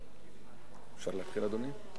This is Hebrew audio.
אפשר להתחיל, אדוני?